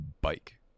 bike